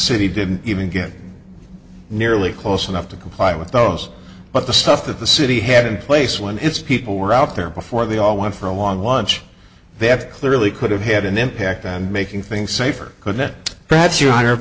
city didn't even get nearly close enough to comply with those but the stuff that the city had in place when its people were out there before they all went for a long lunch they have clearly could have had an impact on making things safer could it perhaps your honor